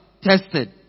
Tested